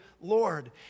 Lord